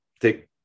take